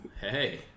Hey